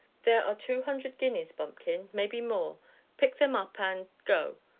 there are two hundred guineas, bumpkin, maybe more pick them up, and go,